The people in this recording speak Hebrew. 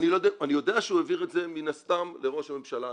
אני יודע שהוא העביר את זה מן הסתם לראש הממשלה.